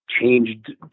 changed